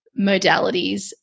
modalities